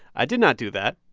i did not do that.